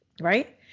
Right